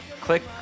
click